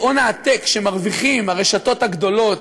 בהון העתק שמרוויחות הרשתות הגדולות,